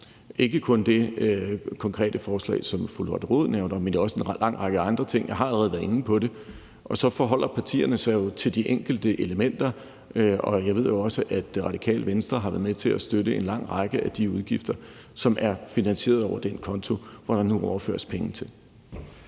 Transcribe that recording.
ikke kun det konkrete forslag, som fru Lotte Rod nævner, men også en lang række andre ting – jeg har allerede været inde på det – og så forholder partierne sig jo til de enkelte elementer. Jeg ved jo også, at Radikale Venstre har været med til at støtte en lang række af de udgifter, som er finansieret over den konto, der nu overføres penge til.